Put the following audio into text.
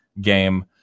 game